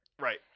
Right